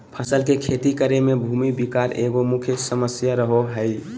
फसल के खेती करे में भूमि विकार एगो मुख्य समस्या रहो हइ